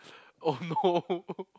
oh no